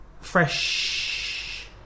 fresh